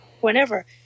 whenever